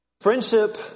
friendship